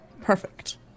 Perfect